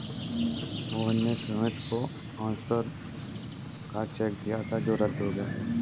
मोहन ने सुमित को पाँच सौ का चेक दिया था जो रद्द हो गया